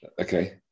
Okay